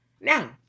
Now